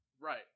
Right